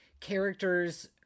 characters